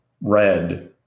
red